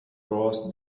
cross